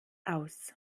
aus